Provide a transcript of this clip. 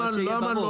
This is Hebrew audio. רק שיהיה פחות.